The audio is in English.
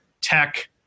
tech